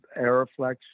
Aeroflex